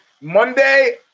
Monday